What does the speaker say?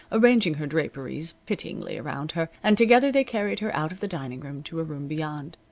arranging her draperies pityingly around her, and together they carried her out of the dining-room to a room beyond.